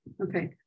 Okay